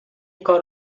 کار